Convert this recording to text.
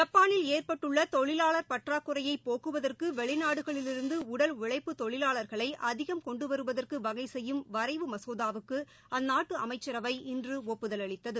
ஜப்பானில் ஏற்பட்டுள்ள தொழிலாளர் பற்றாக்குறையை போக்குவதற்கு வெளிநாடுகளிலிருந்து உடல் உழழப்புத் தொழிலாளா்களை அதிகம் கொண்டு வருவதற்கு வகை செய்யும் வரைவு மசோதாவுக்கு அந்நாட்டு அமைச்சரவை இன்று ஒப்புதல் அளித்தது